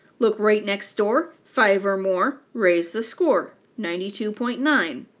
look right next door, five or more, raise the score ninety two point nine.